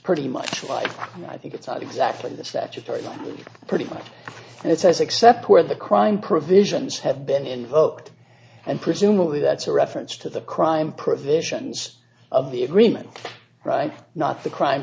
pretty much why i think it's not exactly the statutory law pretty much and it says except where the crime provisions have been invoked and presumably that's a reference to the crime provisions of the agreement right not the crime